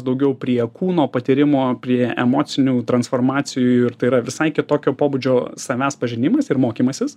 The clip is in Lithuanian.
daugiau prie kūno patyrimo prie emocinių transformacijų ir tai yra visai kitokio pobūdžio savęs pažinimas ir mokymasis